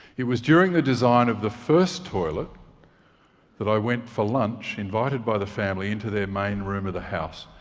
it was during the design of the first toilet that i went for lunch, invited by the family into their main room of the house.